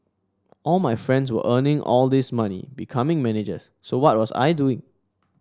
all my friends were earning all this money becoming managers so what was I doing